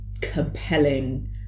compelling